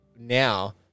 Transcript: now